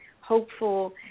hopeful